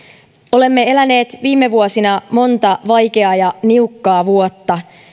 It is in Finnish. olemme eläneet viime vuosina monta vaikeaa ja niukkaa vuotta